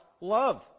love